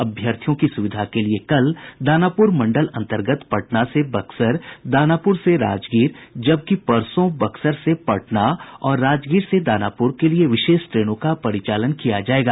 अभ्यर्थियों की सुविधा के लिए कल दानापूर मंडल अंतर्गत पटना से बक्सर दानापूर से राजगीर जबकि परसों बक्सर से पटना और राजगीर से दानापूर के लिए विशेष ट्रेनों का परिचालन किया जायेगा